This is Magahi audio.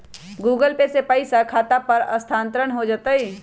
गूगल पे से पईसा खाता पर स्थानानंतर हो जतई?